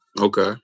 Okay